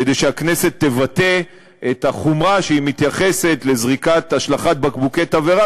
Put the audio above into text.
כדי שהכנסת תבטא את החומרה שהיא מייחסת להשלכת בקבוקי תבערה,